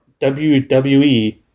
WWE